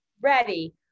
ready